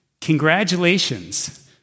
Congratulations